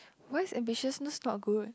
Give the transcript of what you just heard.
why is ambitiousness not good